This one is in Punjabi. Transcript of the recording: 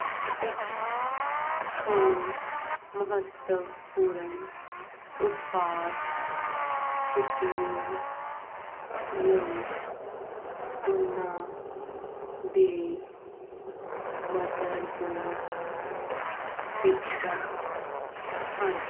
ਇੱਕ ਹੋਰ ਮਹੱਤਵਪੂਰਣ ਉਤਪਾਦ ਸੀ ਪੀ ਯੂ ਲਈ ਉਨ੍ਹਾਂ ਦੇ ਮਦਰ ਬੋਰਡ ਚਿਪ ਸੈੱਟ ਹਨ